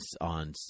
on